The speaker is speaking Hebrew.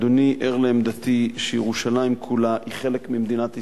אדוני ער לעמדתי שירושלים כולה היא חלק ממדינת ישראל,